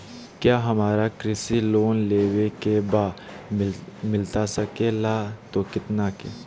क्या हमारा कृषि लोन लेवे का बा मिलता सके ला तो कितना के?